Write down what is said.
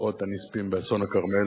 משפחות הנספים באסון הכרמל,